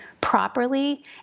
properly